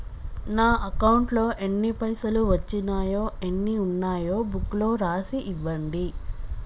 నా అకౌంట్లో ఎన్ని పైసలు వచ్చినాయో ఎన్ని ఉన్నాయో బుక్ లో రాసి ఇవ్వండి?